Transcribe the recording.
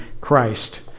Christ